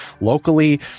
locally